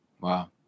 Wow